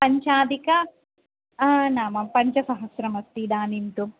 पञ्चाधिक नाम पञ्चसहस्रमस्ति इदानीं तु